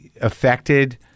affected